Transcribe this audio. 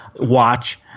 watch